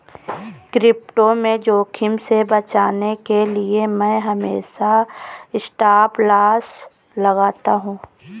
crypto में जोखिम से बचने के लिए मैं हमेशा स्टॉपलॉस लगाता हूं